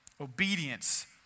obedience